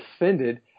offended